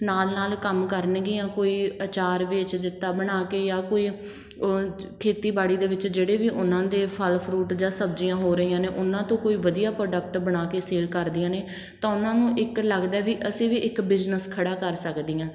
ਨਾਲ ਨਾਲ ਕੰਮ ਕਰਨਗੀਆਂ ਕੋਈ ਅਚਾਰ ਵੇਚ ਦਿੱਤਾ ਬਣਾ ਕੇ ਜਾਂ ਕੋਈ ਖੇਤੀਬਾੜੀ ਦੇ ਵਿੱਚ ਜਿਹੜੇ ਵੀ ਉਹਨਾਂ ਦੇ ਫਲ ਫਰੂਟ ਜਾਂ ਸਬਜ਼ੀਆਂ ਹੋ ਰਹੀਆਂ ਨੇ ਉਹਨਾਂ ਤੋਂ ਕੋਈ ਵਧੀਆ ਪ੍ਰੋਡਕਟ ਬਣਾ ਕੇ ਸੇਲ ਕਰਦੀਆਂ ਨੇ ਤਾਂ ਉਹਨਾਂ ਨੂੰ ਇੱਕ ਲੱਗਦਾ ਵੀ ਅਸੀਂ ਵੀ ਇੱਕ ਬਿਜਨਸ ਖੜ੍ਹਾ ਕਰ ਸਕਦੀਆਂ